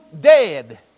dead